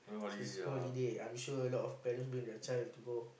it's a school holiday I'm sure a lot of parents bring their child to go